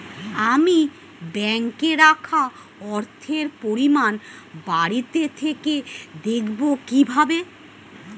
আমি ব্যাঙ্কে রাখা অর্থের পরিমাণ বাড়িতে থেকে দেখব কীভাবে?